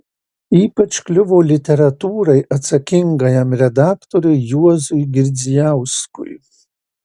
ypač kliuvo literatūrai atsakingajam redaktoriui juozui girdzijauskui